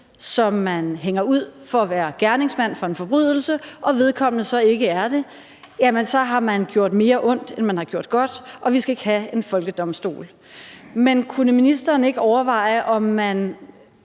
som man hænger ud for at være gerningsmand til en forbrydelse, og vedkommende så ikke er det, har man gjort mere ondt, end man har gjort godt, og vi skal ikke have en folkedomstol. Men kunne ministeren ikke overveje, om man